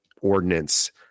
ordinance